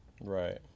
right